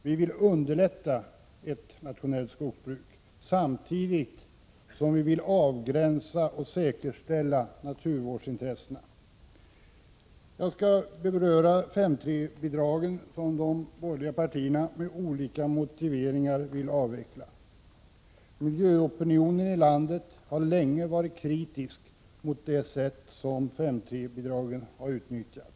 Vi vill underlätta ett rationellt skogsbruk, samtidigt som vi vill avgränsa och säkerställa naturvårdsintressena. Jag vill beröra frågan om 5:3-bidragen, som de borgerliga partierna med olika motiveringar vill avveckla. Miljöopinionen i landet har länge varit kritisk mot det sätt som 5:3 bidragen utnyttjas på.